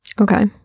Okay